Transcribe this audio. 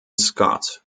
scott